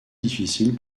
difficiles